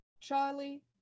Charlie